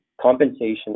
Compensation